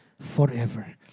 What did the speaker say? forever